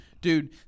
Dude